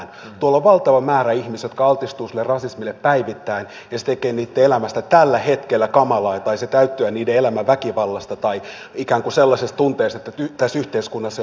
tuolla on valtava määrä ihmisiä jotka altistuvat sille rasismille päivittäin ja se tekee heidän elämästään tällä hetkellä kamalaa tai se täyttää heidän elämänsä väkivallasta tai ikään kuin sellaisesta tunteesta että tässä yhteiskunnassa ei ole mahdollista edetä